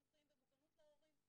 ומוגנות להורים.